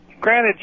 granted